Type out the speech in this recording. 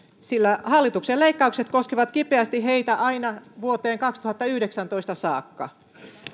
sillä hallituksen leikkaukset koskevat heitä kipeästi aina vuoteen kaksituhattayhdeksäntoista saakka